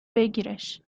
بگیرش